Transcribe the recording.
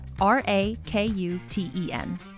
R-A-K-U-T-E-N